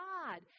God